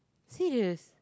serious